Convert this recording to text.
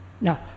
Now